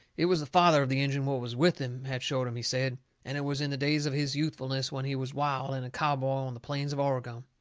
it was the father of the injun what was with him had showed him, he said. and it was in the days of his youthfulness, when he was wild, and a cowboy on the plains of oregon.